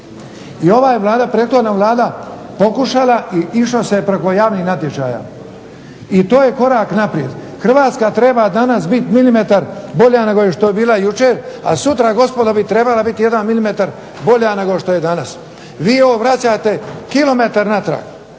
I ova je Vlada, prethodna Vlada pokušala i išlo se je preko javnih natječaja. I to je korak naprijed. Hrvatska treba danas biti milimetar bolja nego što je bila jučer, a sutra gospodo bi trebala biti jedan milimetar bolja nego što je danas. Vi vraćate kilometar natrag,